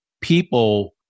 people